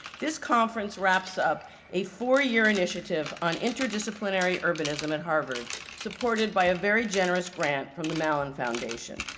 this conference wraps up a four year initiative on interdisciplinary urbanism at harvard supported by a very generous grant from the mellon foundation.